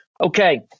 Okay